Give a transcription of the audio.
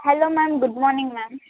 hello ma'am good morning ma'am